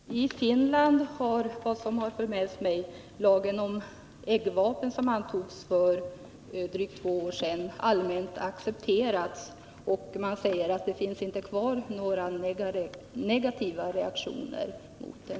Herr talman! I Finland har enligt vad som förmälts mig lagen om eggvapen, som antogs för drygt två år sedan, allmänt accepterats, och man säger att det inte finns kvar några negativa reaktioner mot den.